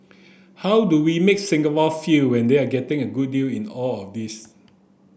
how do we make Singapore feel and they are getting a good deal in all of this